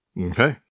Okay